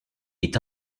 est